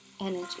energy